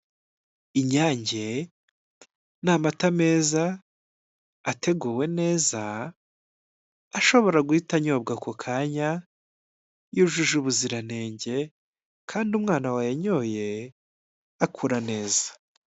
Inyange ni amata meza, ateguwe neza, ashobora guhita anyobwa ako kanya, yujuje ubuziranenge, kandi umwana wayanyoye, akura neza.